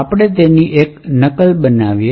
આપણે તેની એક નકલ બનાવીએ